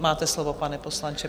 Máte slovo, pane poslanče.